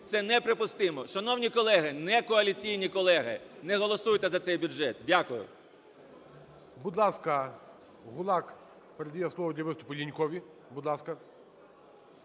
Це неприпустимо. Шановні колеги, некоаліційні колеги, не голосуйте за цей бюджет. Дякую. ГОЛОВУЮЧИЙ. Будь ласка, Гулак передає слово для виступу Лінькові. Будь ласка.